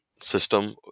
System